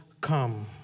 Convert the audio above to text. come